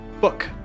book